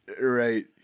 Right